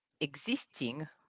existing